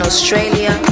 Australia